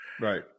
right